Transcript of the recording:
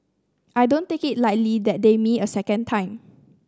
I don't take it lightly that they me a second time